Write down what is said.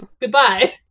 goodbye